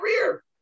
career